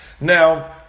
Now